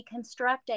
deconstructing